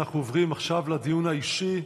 אנחנו עוברים עכשיו לדיון האישי.